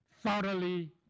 thoroughly